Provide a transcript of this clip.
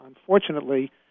unfortunately